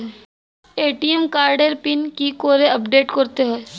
ATM কার্ডের পিন কি করে আপডেট করতে হয়?